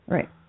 Right